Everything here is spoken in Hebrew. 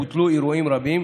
בוטלו אירועים רבים,